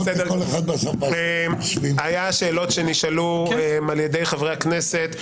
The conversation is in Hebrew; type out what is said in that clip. היו שאלות שנשאלו על ידי חברי הכנסת.